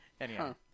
Anyhow